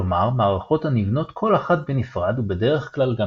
כלומר מערכות הנבנות כל אחת בנפרד ובדרך כלל גם